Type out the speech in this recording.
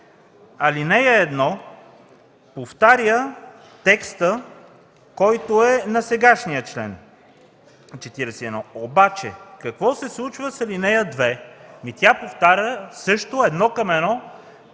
ал. 1 повтаря текста, който е на сегашния чл. 41. Обаче какво се случва с ал. 2? Ами тя повтаря също едно към едно